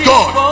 God